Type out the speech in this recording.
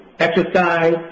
Exercise